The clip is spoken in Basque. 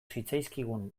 zitzaizkigun